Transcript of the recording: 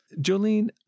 Jolene